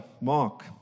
Mark